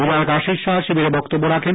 বিধায়ক আশিষ সাহা শিবিরে বক্তব্য রাখেন